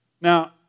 Now